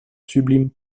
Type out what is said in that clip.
sublime